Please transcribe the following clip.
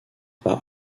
par